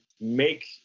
make